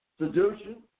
seduction